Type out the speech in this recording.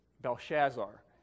Belshazzar